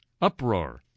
uproar